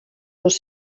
dos